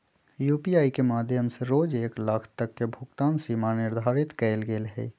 UPI के माध्यम से रोज एक लाख तक के भुगतान सीमा निर्धारित कएल गेल हइ